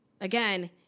again